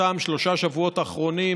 אותם שלושת השבועות האחרונים,